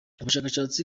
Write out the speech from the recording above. ubushakashatsi